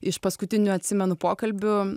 iš paskutinių atsimenu pokalbių